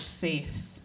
faith